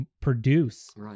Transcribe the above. produce